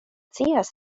scias